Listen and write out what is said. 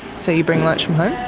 so you bring lunch from home?